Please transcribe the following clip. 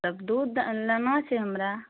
तब दूध लेना छै हमरा